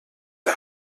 der